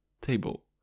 table